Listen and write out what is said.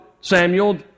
Samuel